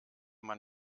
man